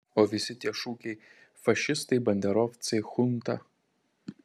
o visi tie šūkiai fašistai banderovcai chunta